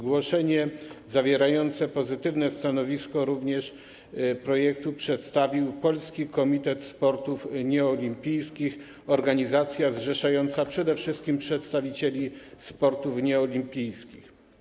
Zgłoszenie zawierające pozytywne stanowisko wobec projektu przedstawił również Polski Komitet Sportów Nieolimpijskich, organizacja zrzeszająca przede wszystkim przedstawicieli sportów nieolimpijskich.